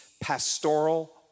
pastoral